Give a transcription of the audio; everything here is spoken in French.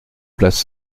place